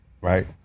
Right